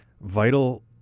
vital